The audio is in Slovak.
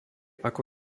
ako